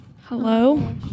Hello